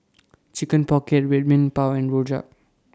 Chicken Pocket Red Bean Bao and Rojak